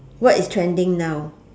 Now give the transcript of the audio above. what is trending now